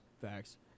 facts